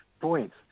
points